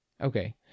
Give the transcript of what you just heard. Okay